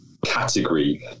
category